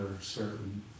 certain